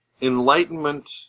Enlightenment